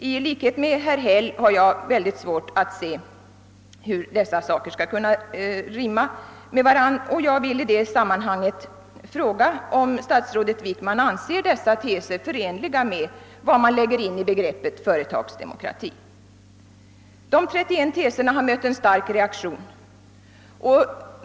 I likhet med herr Häll har jag svårt att se hur dessa saker skall kunna rimma med varandra, och jag vill i detta sammanhang fråga om statsrådet Wickman anser dessa teser förenliga med vad man lägger in i begreppet företagsdemokrati. De 31 teserna har mött en stark reaktion.